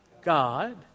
God